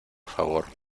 favor